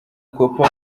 cooper